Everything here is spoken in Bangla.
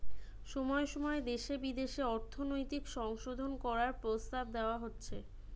সময় সময় দেশে বিদেশে অর্থনৈতিক সংশোধন করার প্রস্তাব দেওয়া হচ্ছে